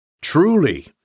Truly